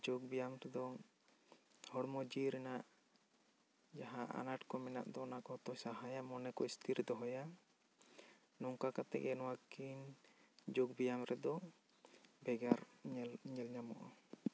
ᱡᱳᱜᱽ ᱵᱮᱭᱟᱢ ᱛᱮᱫᱚ ᱦᱚᱲᱢᱚ ᱡᱤᱣᱤ ᱨᱮᱱᱟᱜ ᱡᱟᱦᱟᱸ ᱟᱱᱟᱴ ᱠᱚ ᱢᱮᱱᱟᱜ ᱫᱚ ᱚᱱᱟ ᱠᱚ ᱫᱚ ᱡᱟᱦᱟᱭᱟ ᱢᱚᱱᱮ ᱠᱚ ᱤᱥᱛᱷᱤᱨᱮ ᱫᱚᱦᱚᱭᱟ ᱱᱚᱝᱠᱟ ᱠᱟᱛᱮ ᱜᱮ ᱱᱚᱣᱟᱠᱤᱱ ᱡᱳᱜᱽ ᱵᱮᱭᱟᱢ ᱨᱮᱫᱚ ᱵᱷᱮᱜᱟᱨ ᱧᱮᱞ ᱧᱟᱢᱚᱜᱼᱟ